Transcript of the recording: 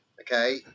Okay